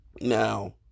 Now